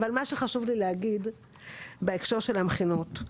אבל מה שחשוב לי להגיד בהקשר של המכינות,